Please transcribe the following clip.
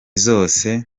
zose